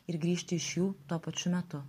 ir grįžti iš jų tuo pačiu metu